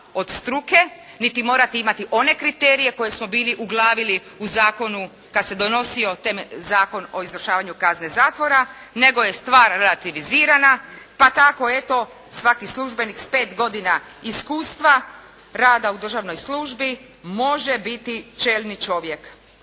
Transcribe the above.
od struke niti mora imati one kriterije koje smo bili uglavili u zakonu kada se donosio Zakon o izvršavanju kazne zatvora nego je stvar relativizirana pa tako eto svaki službenik s pet godina iskustva rada u državnoj službi može biti čelni čovjek